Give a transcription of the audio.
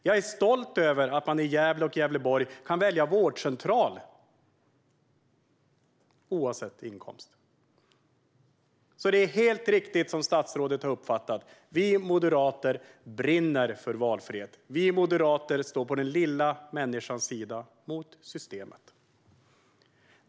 Jag är stolt över att man i Gävle och Gävleborg kan välja vårdcentral oavsett inkomst. Helt riktigt har statsrådet uppfattat att vi moderater brinner för valfrihet. Vi moderater står på den lilla människans sida mot systemet.